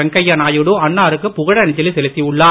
வெங்கைய நாயுடு அன்னாருக்கு புகழஞ்சலி செலுத்தி உள்ளார்